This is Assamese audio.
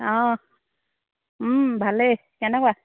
অঁ ভালেই কেনেকুৱা